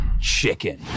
Chicken